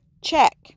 check